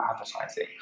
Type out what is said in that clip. advertising